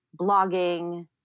blogging